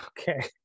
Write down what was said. okay